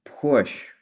push